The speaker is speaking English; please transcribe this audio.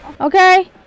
Okay